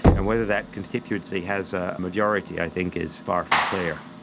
and whether that constituency has a majority i think is far from clear.